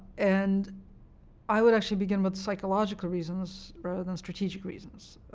and i would actually begin with psychological reasons rather than strategic reasons.